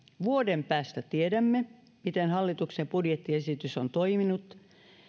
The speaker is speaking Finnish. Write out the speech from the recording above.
vuoden päästä tiedämme miten hallituksen budjettiesitys on toiminut